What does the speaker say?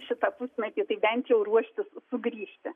šitą pusmetį tai bent jau ruoštis sugrįžti